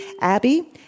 Abby